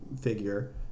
figure